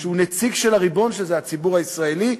שהוא נציג של הריבון, שזה הציבור הישראלי.